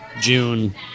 June